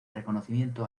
reconocimiento